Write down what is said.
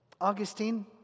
Augustine